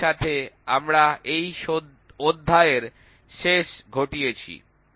এটির সাথে আমরা এই অধ্যায়ের শেষ ঘটিয়েছি